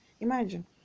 imagine